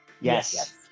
Yes